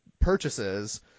purchases